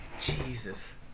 Jesus